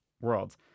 world